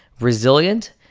resilient